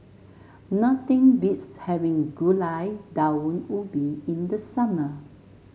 nothing beats having Gulai Daun Ubi in the summer